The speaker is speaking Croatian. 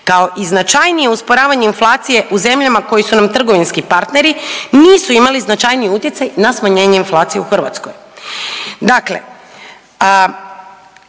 kao i značajnije usporavanje inflacije u zemljama koje su nam trgovinski partneri nisu imali značajniji utjecaj na smanjenje inflacije u Hrvatskoj. Dakle,